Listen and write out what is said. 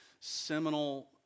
seminal